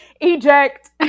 Eject